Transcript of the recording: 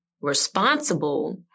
responsible